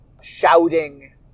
shouting